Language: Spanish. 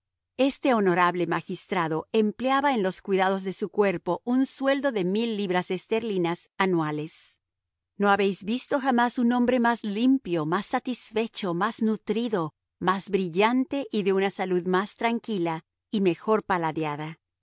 este honorable magistrado empleaba en los cuidados de su cuerpo un sueldo de mil libras esterlinas anuales no habéis visto jamás un hombre más limpio más satisfecho más nutrido más brillante y de una salud más tranquila y mejor paladeada